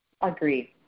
Agreed